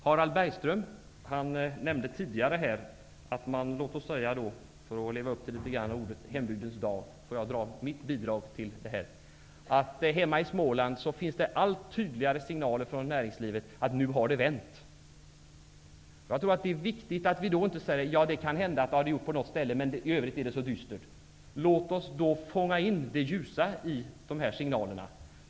Harald Bergström talade tidigare om ''hembygdens dag''. För att ge mitt bidrag vill jag nämna att det hemma i Småland kommer allt tydligare signaler från näringslivet om att ''nu har det vänt''. Det är viktigt att vi då inte säger: Ja, det har det kanske gjort på något ställe men i övrigt är det dystert. Låt oss i stället fånga in det ljusa i dessa signaler.